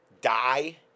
die